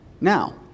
Now